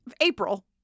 April